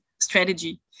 strategy